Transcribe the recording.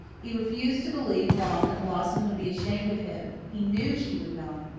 he refused to believe long that blossom would be ashamed of him he knew she would not.